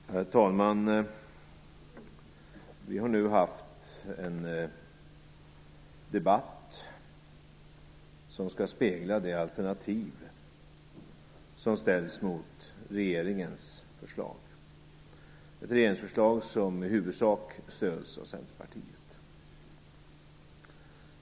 Herr talman! Vi har nu en debatt som skall spegla det alternativ som ställs mot regeringens förslag - ett regeringsförslag som i huvudsak stöds av Centerpartiet.